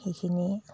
সেইখিনি